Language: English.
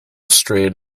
strain